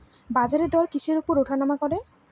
বাজারদর কিসের উপর উঠানামা করে?